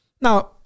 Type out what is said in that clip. Now